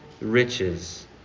riches